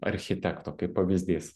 architekto kaip pavyzdys